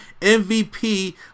MVP